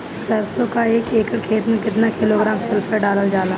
सरसों क एक एकड़ खेते में केतना किलोग्राम सल्फर डालल जाला?